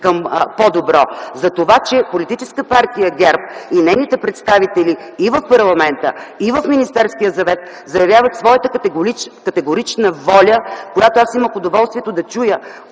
към по-добро, за това, че политическа партия ГЕРБ и нейните представители - и в парламента, и в Министерския съвет, заявяват своята категорична воля, която аз имах удоволствието да чуя